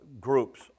groups